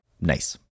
Nice